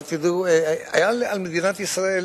היו כלפי מדינת ישראל